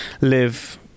live